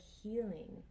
healing